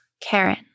Karen